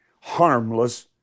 harmless